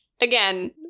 again